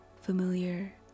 familiar